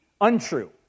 untrue